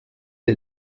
est